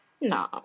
No